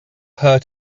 her